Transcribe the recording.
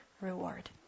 reward